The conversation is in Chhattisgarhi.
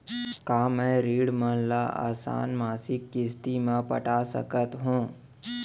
का मैं ऋण मन ल आसान मासिक किस्ती म पटा सकत हो?